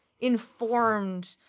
informed